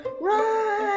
Run